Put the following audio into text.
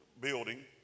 building